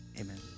Amen